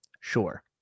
sure